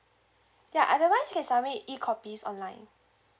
ya otherwise you can submit E copies online